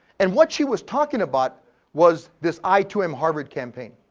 and what she was talking about was this i, too, am harvard campaign,